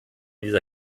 dieser